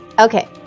okay